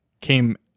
came